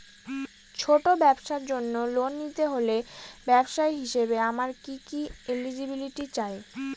ছোট ব্যবসার জন্য লোন নিতে হলে ব্যবসায়ী হিসেবে আমার কি কি এলিজিবিলিটি চাই?